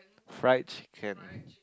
fried chicken